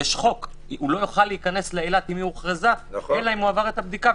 יש חוק לא יוכל להיכנס לאילת אם הוכרזה אלא אם עבר את הבדיקה.